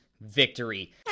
victory